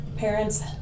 Parents